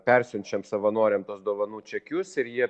persiunčiam savanoriam tuos dovanų čekius ir jie